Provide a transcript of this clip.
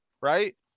right